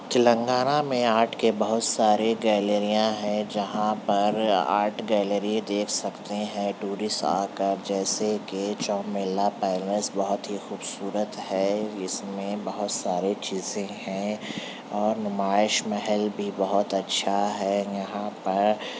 تلنگانہ میں آرٹ کے بہت سارے گیلریاں ہیں جہاں پر آرٹ گیلری دیکھ سکتے ہیں ٹورسٹ آ کرجیسے کہ چومحلہ پیلیس بہت ہی خوبصورت ہے اس میں بہت سارے چیزیں ہیں اور نمائش محل بھی بہت اچھا ہے یہاں پر